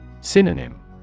Synonym